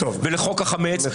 לחוק החמץ,